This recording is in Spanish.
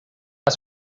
las